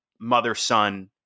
mother-son